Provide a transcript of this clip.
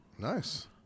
nice